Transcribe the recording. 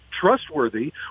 trustworthy